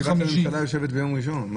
ישיבת הממשלה מתקיימת ביום ראשון.